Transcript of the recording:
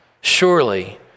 surely